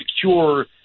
secure